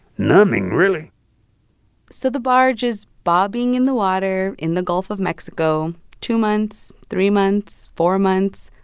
numbing, really so the barge is bobbing in the water in the gulf of mexico two months, three months, four months,